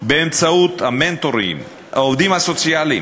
באמצעות המנטורים, העובדים הסוציאליים,